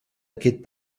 aquest